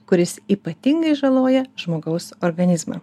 kuris ypatingai žaloja žmogaus organizmą